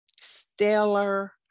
stellar